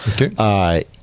Okay